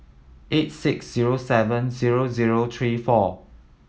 eight six zero seven zero zero three four